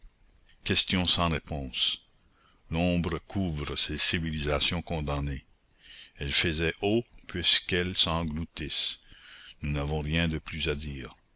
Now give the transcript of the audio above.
questions sans réponse l'ombre couvre ces civilisations condamnées elles faisaient eau puisqu'elles s'engloutissent nous n'avons rien de plus à dire